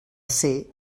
ser